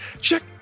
check